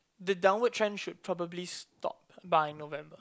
the downward trend should probably stop by November